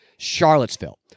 Charlottesville